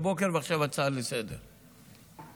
ועכשיו הצעה לסדר-יום,